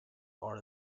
are